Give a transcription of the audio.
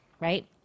right